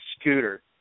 scooter